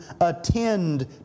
attend